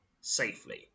safely